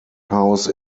house